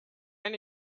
anni